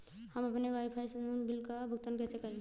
हम अपने वाईफाई संसर्ग बिल का भुगतान कैसे करें?